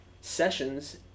sessions